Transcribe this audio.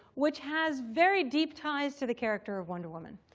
which has very deep ties to the character of wonder woman.